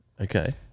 Okay